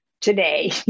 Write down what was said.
today